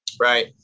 Right